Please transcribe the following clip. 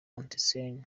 einstein